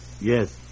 Yes